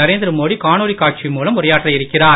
நரேந்திர மோடி காணொளி காட்சி மூலம் உரையாற்ற இருக்கிறார்